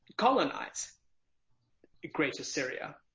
colonize greater syria?